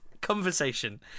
conversation